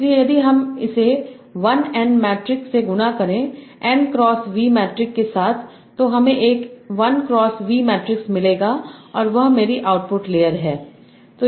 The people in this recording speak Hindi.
इसलिए यदि हम इसे 1 N मैट्रिक से गुणा करें N क्रॉस V मैट्रिक्स के साथ तो हमें एक 1 क्रॉस V मैट्रिक्स मिलेगा और वह मेरी आउटपुट लेयर है